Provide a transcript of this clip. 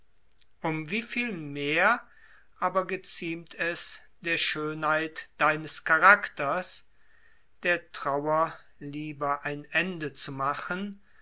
um wie viel mehr aber geziemt es der schönheit deines charakters der trauer lieber ein ende zu machen